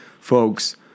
folks